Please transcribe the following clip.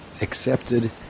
accepted